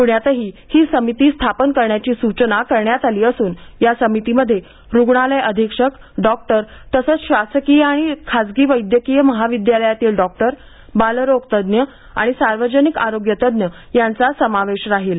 पुण्यातही ही समिती स्थापन करण्याची सूचना करण्यात आली असून या समितीमध्ये रूग्णालय अधीक्षक डॉक्टर तसंच शासकीय किंवा खासगी वैद्यकीय महाविद्यालयातील डॉक्टर बालरोग तज्ज्ञ आणि सार्वजनिक आरोग्य तज्ज्ञ यांचा समावेश राहील